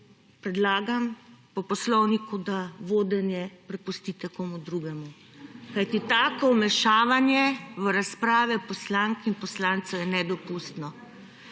predlagam po Poslovniku, da vodenje prepustite komu drugemu, kajti tako vmešavanje v razprave poslank in poslancev je nedopustno.